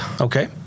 Okay